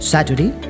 Saturday